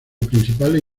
principales